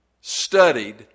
studied